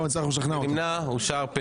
אני אציג את אותם טיעונים בחיוך.